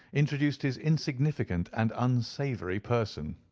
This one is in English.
introduced his insignificant and unsavoury person.